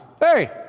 Hey